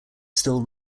still